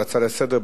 בהצעה לסדר-היום,